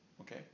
Okay